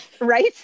right